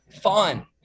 fun